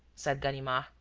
said ganimard.